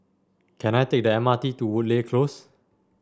can I take the M R T to Woodleigh Close